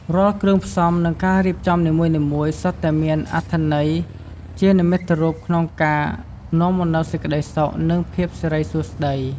រាល់គ្រឿងផ្សំ និងការរៀបចំនីមួយៗសុទ្ធតែមានអត្ថន័យជានិមិត្តរូបក្នុងការនាំមកនូវសេចក្តីសុខ និងភាពសិរីសួស្តី។